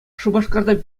шупашкартан